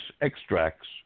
extracts